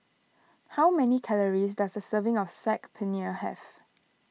how many calories does a serving of Saag Paneer have